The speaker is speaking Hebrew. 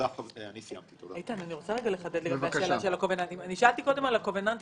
שאלתי קודם על הקובנננטים.